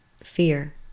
fear